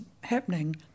happening